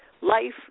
life